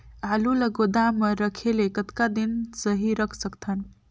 आलू ल गोदाम म रखे ले कतका दिन सही रख सकथन?